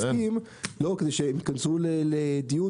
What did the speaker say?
כדי שייכנסו לדיון